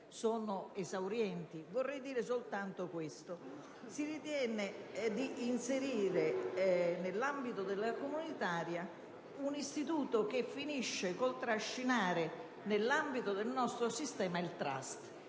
sono esaurienti. Vorrei dire soltanto che si ritiene di inserire nella legge comunitaria un istituto che finisce col trascinare nell'ambito del nostro sistema il *trust,*